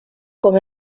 com